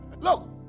Look